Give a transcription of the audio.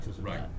right